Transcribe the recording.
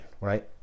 right